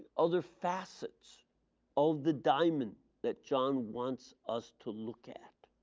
other facets of the diamond that john wants us to look at.